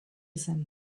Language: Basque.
zen